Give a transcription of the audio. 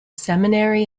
seminary